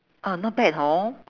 ah not bad hor